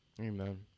Amen